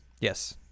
Yes